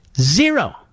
Zero